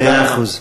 מאה אחוז.